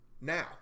Now